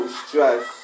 stress